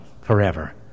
forever